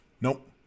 Nope